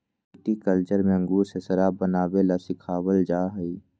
viticulture में अंगूर से शराब बनावे ला सिखावल जाहई